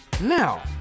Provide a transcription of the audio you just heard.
Now